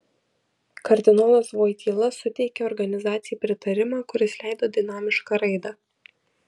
kardinolas voityla suteikė organizacijai pritarimą kuris leido dinamišką raidą